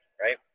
Right